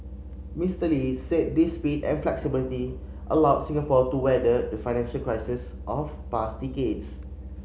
Mister Lee said this speed and flexibility allowed Singapore to weather the financial crises of past decades